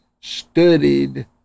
studied